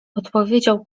odpowiedział